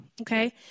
Okay